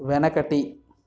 వెనకటి